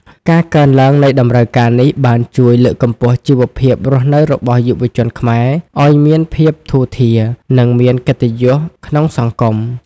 ការកើនឡើងនៃតម្រូវការនេះបានជួយលើកកម្ពស់ជីវភាពរស់នៅរបស់យុវជនខ្មែរឱ្យមានភាពធូរធារ និងមានកិត្តិយសក្នុងសង្គម។